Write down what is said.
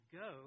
go